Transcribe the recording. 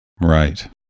right